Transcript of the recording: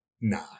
nah